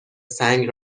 سنگ